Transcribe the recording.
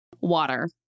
water